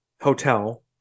hotel